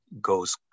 goes